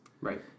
Right